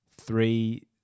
three